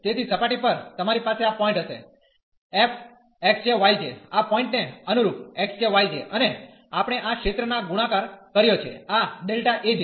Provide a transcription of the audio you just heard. તેથી સપાટી પર તમારી પાસે આ પોઈન્ટ હશે f x j y j આ પોઈન્ટ ને અનુરૂપ x j y j અને આપણે આ ક્ષેત્ર દ્વારા ગુણાકાર કર્યો છે આ Δ A j